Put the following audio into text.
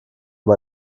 bei